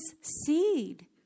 seed